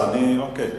לאבד